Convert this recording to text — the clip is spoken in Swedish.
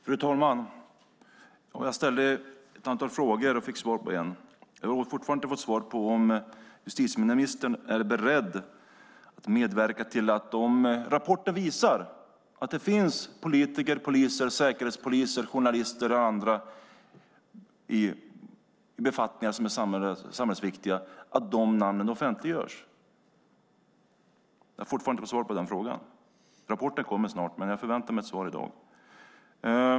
Fru talman! Jag ställde ett antal frågor och fick svar på en. Jag har fortfarande inte fått svar på om justitieministern är beredd att medverka till att namnen offentliggörs om rapporter visar att det finns politiker, poliser, säkerhetspoliser, journalister eller andra personer i samhällsviktiga befattningar. Jag har fortfarande inte fått svar på den frågan. Rapporten kommer snart, men jag förväntar mig ett svar i dag.